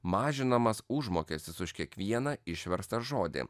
mažinamas užmokestis už kiekvieną išverstą žodį